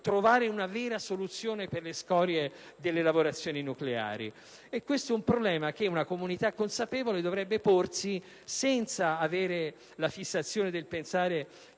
trovare una vera soluzione al problema delle scorie delle lavorazioni nucleari. Questo è un problema che una comunità consapevole dovrebbe porsi, senza avere la fissazione di pensare